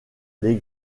les